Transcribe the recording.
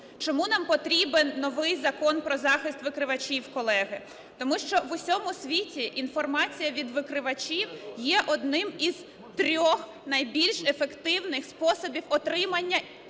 Чому нам потрібен новий Закон про захист викривачів, колеги? Тому що в усьому світі інформація від викривачів є одним із трьох найбільш ефективних способів отримання інформації